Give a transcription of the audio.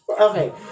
Okay